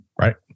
Right